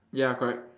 ya correct